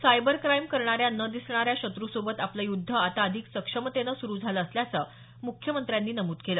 cyber crime करणाऱ्या न दिसणाऱ्या शत्रूसोबत आपलं युद्ध आता अधिक सक्षमतेनं सुरू झालं असल्याचं मुख्यमंत्र्यांनी नमूद केलं